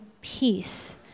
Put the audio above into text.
peace